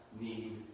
need